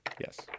Yes